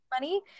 money